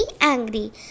angry